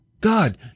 God